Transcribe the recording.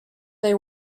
they